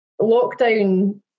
lockdown